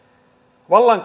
vallan